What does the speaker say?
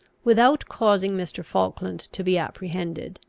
without causing mr. falkland to be apprehended,